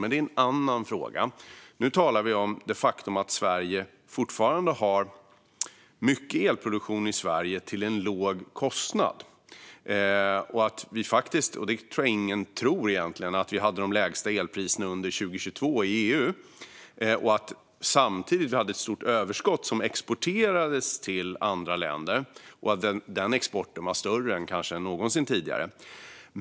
Men det är en annan fråga. Nu talar vi om det faktum att vi fortfarande har mycket elproduktion i Sverige till en låg kostnad. Vi hade faktiskt också - vilket kanske ingen egentligen tror - de lägsta elpriserna under 2022 i EU. Samtidigt hade Sverige ett stort överskott som exporterades till andra länder, och den exporten var större än kanske någonsin tidigare.